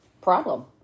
problem